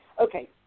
Okay